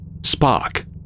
Spock